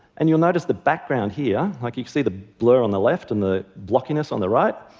and, you'll notice the background here, like you can see the blur on the left and the blockiness on the right?